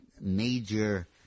major